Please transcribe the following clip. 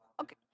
Okay